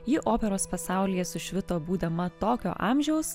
ji operos pasaulyje sušvito būdama tokio amžiaus